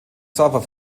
xaver